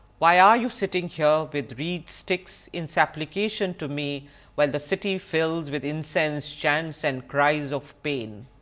why are you sitting here with reed sticks in supplication to me while the city fills with incense, chants and cries of pain?